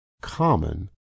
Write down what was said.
common